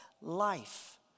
life